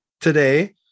today